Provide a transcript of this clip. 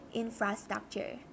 infrastructure